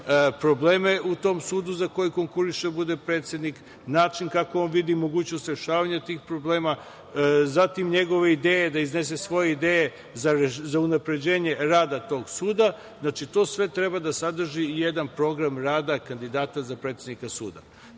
probleme u tom sudu za koji konkuriše da bude predsednik, način kako on vidi mogućnost rešavanja tih problema, zatim da iznese svoje ideje za unapređenje rada tog suda. Sve to treba da sadrži jedan program rada kandidata za predsednika suda.